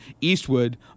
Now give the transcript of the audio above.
Eastwood